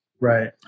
Right